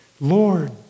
Lord